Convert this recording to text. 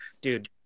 dude